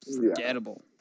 forgettable